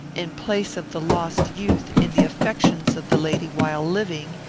in place of the lost youth, in the affections of the lady while living,